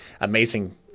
amazing